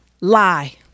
lie